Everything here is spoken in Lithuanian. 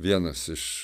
vienas iš